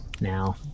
now